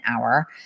hour